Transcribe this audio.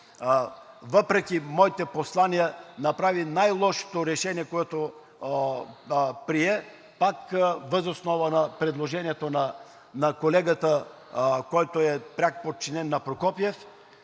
въпреки моите послания, направи най-лошото решение, което прие, пак въз основа на предложението на колегата, който е пряк подчинен на Прокопиев.